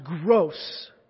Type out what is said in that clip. gross